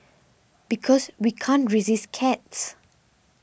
because we can't resist cats